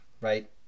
right